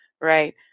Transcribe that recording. right